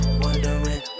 wondering